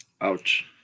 Ouch